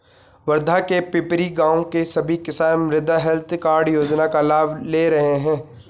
वर्धा के पिपरी गाँव के सभी किसान मृदा हैल्थ कार्ड योजना का लाभ ले रहे हैं